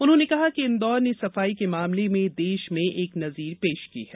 उन्होंने कहा कि इन्दौर ने सफाई के मामले में देश में एक नजीर पेश की है